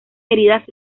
heridas